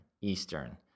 Eastern